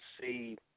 see